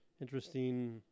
interesting –